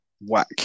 whack